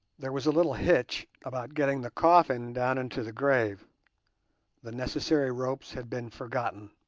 there was a little hitch about getting the coffin down into the grave the necessary ropes had been forgotten